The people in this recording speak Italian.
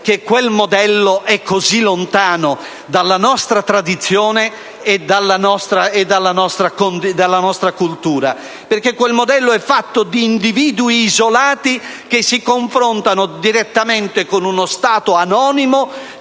che quel modello è molto lontano dalla nostra tradizione e dalla nostra cultura, perché è fatto di individui isolati che si confrontano direttamente con uno Stato anonimo,